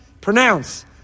Pronounce